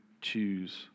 choose